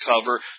cover